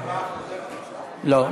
אדוני